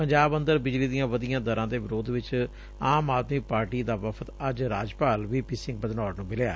ਪੰਜਾਬ ਅੰਦਰ ਬਿਜਲੀ ਦੀਆਂ ਵਧੀਆਂ ਦਰਾਂ ਦੇ ਵਿਰੋਧ ਵਿੱਚ ਆਮ ਆਦਮੀ ਪਾਰਟੀ ਦਾ ਵਫਦ ਅੱਜ ਰਾਜਪਾਲ ਵੀ ਪੀ ਸਿੰਘ ਬਦਨੌਰ ਨੂੰ ਮਿਲਿਆ